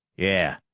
yeah,